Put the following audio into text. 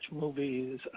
movies